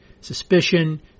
Suspicion